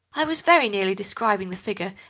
i was very nearly describing the figure,